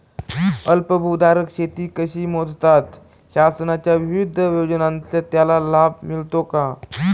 अल्पभूधारक शेती कशी मोजतात? शासनाच्या विविध योजनांचा त्याला लाभ मिळतो का?